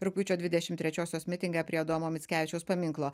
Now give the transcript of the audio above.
rugpjūčio dvidešim trečiosios mitinge prie adomo mickevičiaus paminklo